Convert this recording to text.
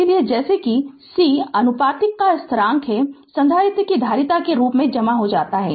इसलिए जैसा कि c आनुपातिकता का स्थिरांक है संधारित्र की धारिता के रूप में जाना जाता है